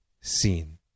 seen